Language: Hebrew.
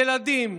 ילדים,